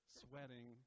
sweating